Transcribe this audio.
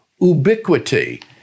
ubiquity